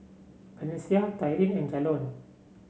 Valencia Tyrin and Jalon